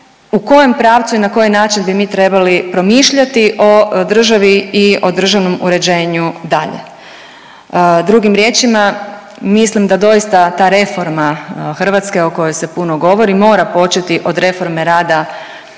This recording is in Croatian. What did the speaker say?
u kojem pravcu i na koji način bi mi trebali promišljati o državi i o državnom uređenju dalje. Drugim riječima, mislim da doista ta reforma Hrvatske o kojoj se puno govori mora početi od reforme rada HS-a